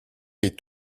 l’est